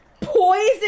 poison